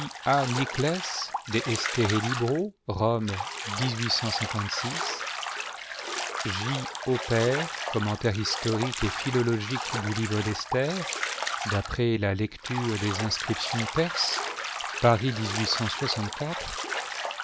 de estherse libro rome j oppert commentaire historique et philologique du livre d'esther d'après la lecture des inscriptions perses paris